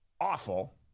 awful